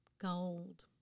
gold